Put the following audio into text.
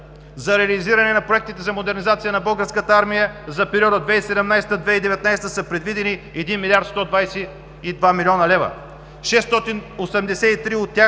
„За реализиране на проектите за модернизация на Българската армия за периода 2017 – 2019 г. са предвидени 1 млрд. 122 млн. лв. 683 от тях